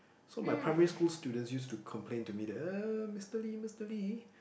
so my primary school students used to complain to me that uh Mister-Lee Mister-Lee